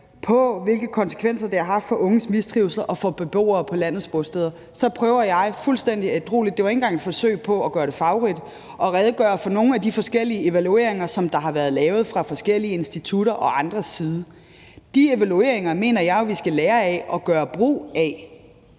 hvilke konsekvenser det har haft for unges mistrivsel og for beboere på landets bosteder. Så prøver jeg fuldstændig ædrueligt – det var ikke engang et forsøg på at gøre det farverigt – at redegøre for nogle af de forskellige evalueringer, der er blevet lavet fra forskellige institutter og andres side. De evalueringer mener jeg jo vi skal lære af og gøre brug af.